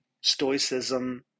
stoicism